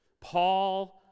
Paul